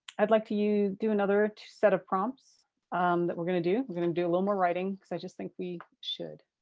i'd like to do another set of prompts that we're gonna do. we're gonna do a little more writing because i just think we should.